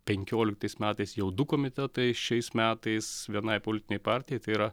penkioliktais metais jau du komitetai šiais metais vienai politinei partijai tai yra